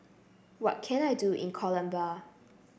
what can I do in Colombia